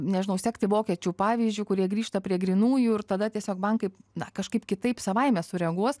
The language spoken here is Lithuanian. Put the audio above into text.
nežinau sekti vokiečių pavyzdžiu kurie grįžta prie grynųjų ir tada tiesiog bankai na kažkaip kitaip savaime sureaguos